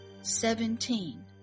Seventeen